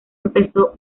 empezó